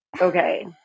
okay